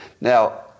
Now